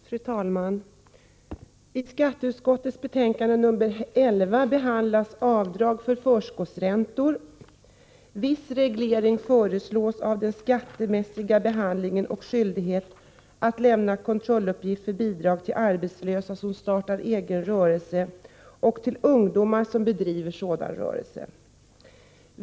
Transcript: Fru talman! I skatteutskottets betänkande nr 11 behandlas avdrag för förskottsräntor. Viss reglering föreslås av den skattemässiga behandlingen och skyldigheten att lämna kontrolluppgift för bidrag till arbetslösa som startar egen rörelse och till ungdom som bedriver sådan rörelse.